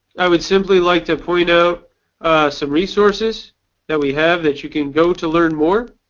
i would simply like to point out some resources that we have that you can go to learn more.